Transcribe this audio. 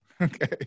Okay